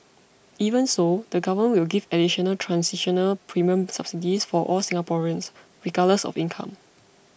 even so the Government will give additional transitional premium subsidies for all Singaporeans regardless of income